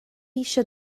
eisiau